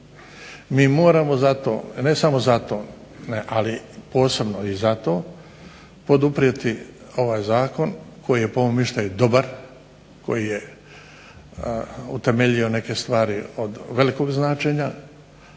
Mi moramo zato, ne samo zato, ali posebno i zato poduprijeti ovaj zakon koji je po mom mišljenju dobar, koji je utemeljio neke stvari od velikog značenja